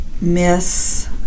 miss